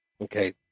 Okay